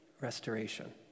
restoration